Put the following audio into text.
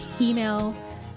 email